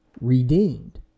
redeemed